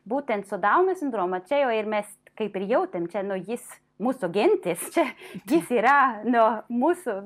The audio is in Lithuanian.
būtent su dauno sindromu čia jau ir mes kaip ir jautėm čia nu jis mūsų gentis čia jis yra nu mūsų